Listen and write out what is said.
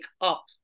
up